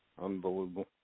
Unbelievable